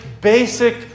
basic